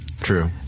True